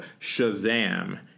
shazam